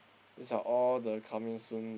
these are all the coming soon